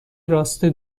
راسته